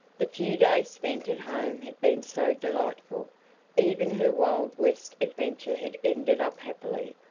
the few days spent at home had been so delightful even her wild-west adventure had ended up happily,